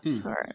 Sorry